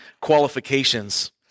qualifications